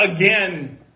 again